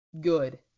good